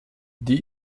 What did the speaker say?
die